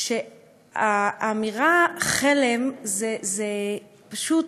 והאמירה "חלם" היא פשוט